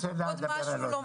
אחר כך אני רוצה לומר עוד משהו.